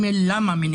אם כן, למה?